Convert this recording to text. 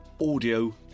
audio